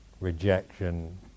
rejection